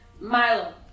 Milo